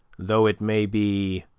though it may be,